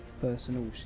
personal